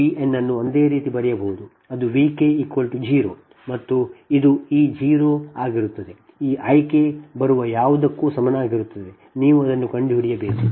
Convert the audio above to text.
V n ಅನ್ನು ಒಂದೇ ರೀತಿ ಬರೆಯಬಹುದು ಅದು V k 0 ಮತ್ತು ಇದು ಈ 0 ಆಗಿರುತ್ತದೆ ಈ I k ಬರುವ ಯಾವುದಕ್ಕೂ ಸಮನಾಗಿರುತ್ತದೆ ನೀವು ಅದನ್ನು ಕಂಡುಹಿಡಿಯಬೇಕು